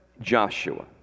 Joshua